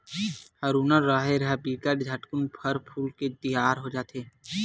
हरूना राहेर ह बिकट झटकुन फर फूल के तियार हो जथे